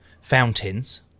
fountains